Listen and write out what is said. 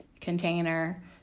container